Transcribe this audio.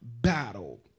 battle